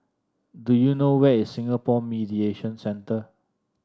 do you know where is Singapore Mediation Centre